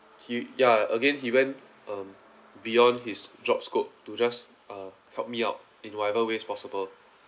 he ya again he went um beyond his job scope to just uh helped me out in whatever ways possible